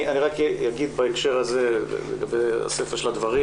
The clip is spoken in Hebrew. אני רק אגיד בהקשר הזה ולגבי הסיפא של הדברים,